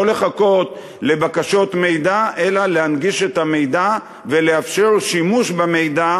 לא לחכות לבקשות מידע אלא להנגיש את המידע ולאפשר שימוש במידע